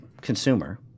consumer